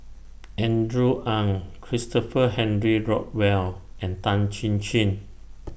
Andrew Ang Christopher Henry Rothwell and Tan Chin Chin